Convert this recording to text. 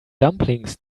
dumplings